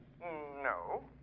No